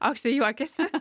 auksė juokiasi